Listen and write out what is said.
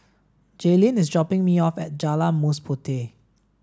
Jaelynn is dropping me off at Jalan Mas Puteh